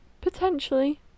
potentially